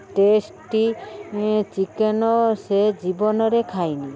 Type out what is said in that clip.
tasty chicken ସେ ଜୀବନରେ ଖାଇନି